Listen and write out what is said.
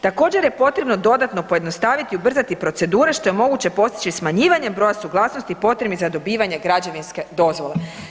Također je potrebno dodatno pojednostaviti i ubrzati procedure, što je moguće postići smanjivanjem broja suglasnosti potrebnih za dobivanje građevinske dozvole.